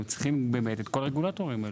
את כל הרגולטורים האלה?